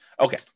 Okay